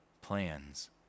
plans